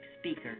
speaker